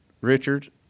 Richard